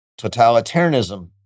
totalitarianism